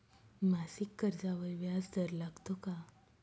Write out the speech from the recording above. मासिक कर्जावर व्याज दर लागतो का?